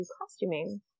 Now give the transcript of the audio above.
costuming